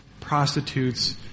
prostitutes